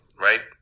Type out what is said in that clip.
right